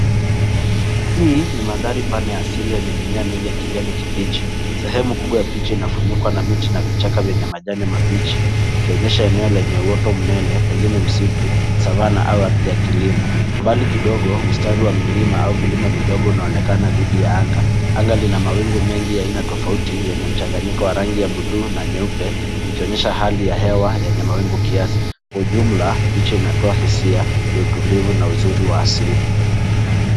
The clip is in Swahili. Hii ni mandhari pana ya asili yenye mimea mengi ya kijani kibichi. Sehemu kubwa ya picha inafunikwa na miti na vichaka vyenye majani mabichi, ikionyesha eneo lenye uoto mnene, pengine msitu, Savana au ya kilimo. Mbali kidogo mstari WA vilima au vidogo inaonekana dhidi ya anga. Anga Lina mawingu mengi ya Aina tofauti yenye mchanganyiko ya rangi ya buluu na nyeupe likionyesha Hali ya hewa yenye mawingu kiasi. Kwa ujumla picha inatoka hisia ya utulivu na uzuri WA asili.